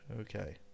Okay